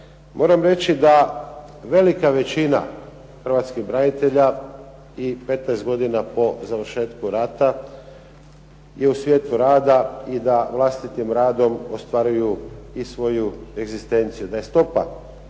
moram reći da većina Hrvatskih branitelja i 15 godina po završetku rata je u svijetu rada i da vlastitim radom ostvaruju svoju egzistenciju.